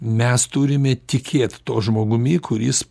mes turime tikėt tuo žmogumi kuris